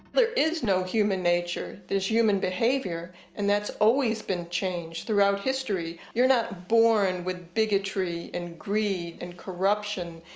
there is no human nature, there's human behavior, and that's always been changed throughout history. you're not born with bigotry, and greed, and corruption,